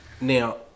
Now